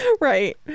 Right